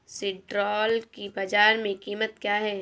सिल्ड्राल की बाजार में कीमत क्या है?